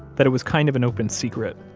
that it was kind of an open secret.